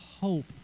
hope